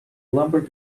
lumber